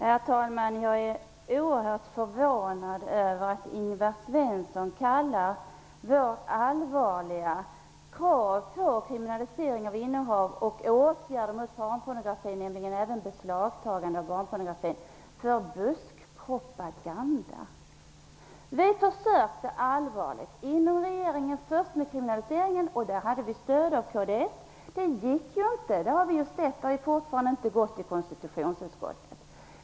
Herr talman! Jag är oerhört förvånad över att Ingvar Svensson kallar vårt allvarliga krav på kriminalisering av innehav och åtgärder mot barnpornografi, såsom beslagtagande, för buskpropaganda. Vi försökte allvarligt att först inom regeringen få igenom kravet på kriminalisering. Där hade vi stöd av kds. Men det gick inte. Det har fortfarande inte gått att få igenom det här i konstitutionsutskottet.